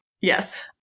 Yes